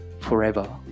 forever